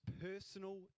personal